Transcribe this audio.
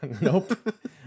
Nope